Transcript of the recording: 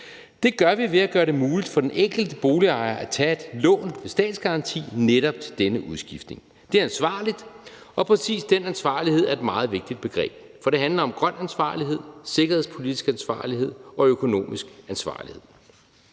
Det gør vi ved at gøre det muligt for den enkelte boligejer at tage et lån med statsgaranti netop til denne udskiftning. Det er ansvarligt, og præcis den ansvarlighed er et meget vigtigt begreb, for det handler om grøn ansvarlighed, sikkerhedspolitisk ansvarlighed og økonomisk ansvarlighed.